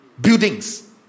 buildings